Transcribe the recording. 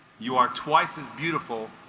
you are twice as beautiful